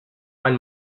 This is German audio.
ein